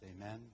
Amen